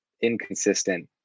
inconsistent